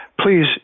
please